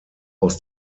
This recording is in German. aus